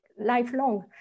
lifelong